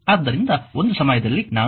ಆದ್ದರಿಂದ ಒಂದು ಸಮಯದಲ್ಲಿ ನಾನು